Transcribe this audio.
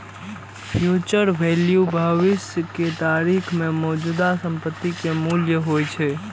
future value भविष्य के तारीख मे मौजूदा संपत्ति के मूल्य होइ छै